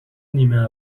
نیمه